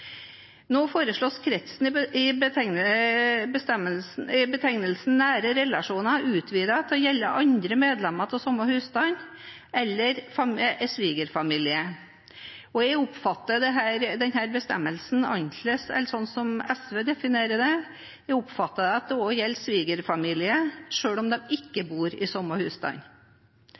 Nå foreslås kretsen i betegnelsen «nære relasjoner» utvidet til å gjelde andre medlemmer av samme husstand eller svigerfamilie. Jeg oppfatter denne bestemmelsen annerledes enn slik SV definerer den. Jeg oppfatter at det gjelder svigerfamilie også om de ikke bor i